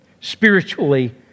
spiritually